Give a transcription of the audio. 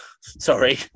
Sorry